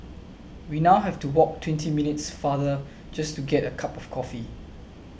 we now have to walk twenty minutes farther just to get a cup of coffee